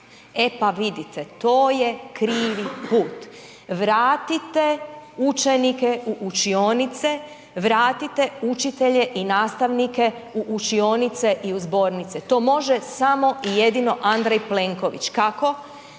E pa vidite, to je krivi put. Vratite učenike u učionice, vratite učitelje i nastavnike u učionice i zbornice, to može samo i jedno Andrej Plenković. Kako?